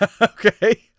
Okay